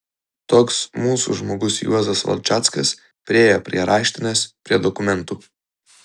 toks mūsų žmogus juozas valčackas priėjo prie raštinės prie dokumentų